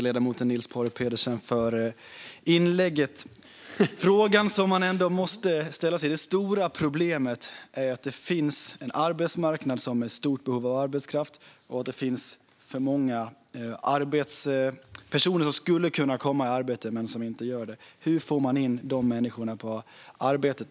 Herr talman! Jag tackar ledamoten Niels Paarup-Petersen för inlägget. Det stora problemet är att det finns en arbetsmarknad som är i stort behov av arbetskraft och att det finns för många personer som skulle kunna komma i arbete men inte gör det. Frågan som man måste ställa sig är: Hur får man de människorna i arbete?